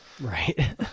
Right